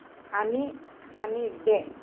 honey honey day